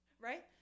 right